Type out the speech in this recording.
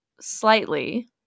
slightly